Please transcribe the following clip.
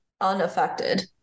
unaffected